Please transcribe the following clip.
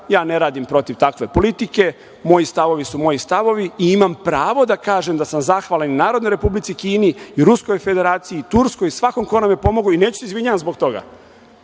Ja ne radim protiv takve politike. Moji stavovi su moji stavovi i imam pravo da kažem da sam zahvalan i Narodnoj republici Kini, i Ruskoj Federaciji, i Turskoj, i svakom ko nam je pomogao i neću da se izvinjavam zbog toga.